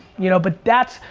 you know, but that's,